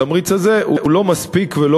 התמריץ הזה הוא לא מספיק ולא